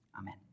Amen